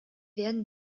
werden